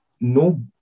no